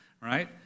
Right